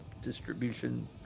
distribution